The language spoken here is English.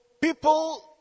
people